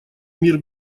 мир